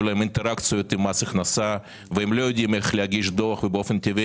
להם אינטראקציה עם מס הכנסה - שלא יודעים איך להגיש דוח ובאופן טבעי